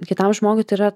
kitam žmogui tai yra